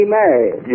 married